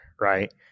right